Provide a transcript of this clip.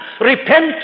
Repent